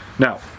Now